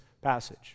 passage